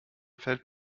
fällt